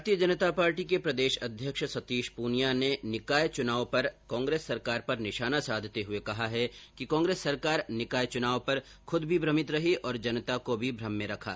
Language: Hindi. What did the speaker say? भारतीय जनता पार्टी के प्रदेश अध्यक्ष सतीश पूनिया ने निकाय चुनाव पर कांग्रेस सरकार पर निशाना साघते हुए कहा है कि कांग्रेस सरकार निकाय चुनाव पर खुद भी भ्रमित रही और जनता को भी भ्रम में रखा